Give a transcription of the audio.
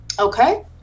Okay